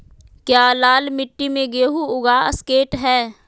क्या लाल मिट्टी में गेंहु उगा स्केट है?